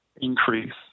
increase